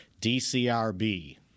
DCRB